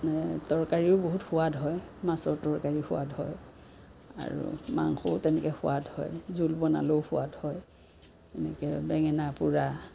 তৰকাৰীও বহুত সোৱাদ হয় মাছৰ তৰকাৰী সোৱাদ হয় আৰু মাংসও তেনেকে সোৱাদ হয় জোল বনালেও সোৱাদ হয় তেনেকৈ বেঙেনা পোৰা